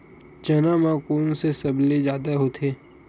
चना म कोन से सबले जादा होथे?